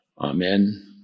Amen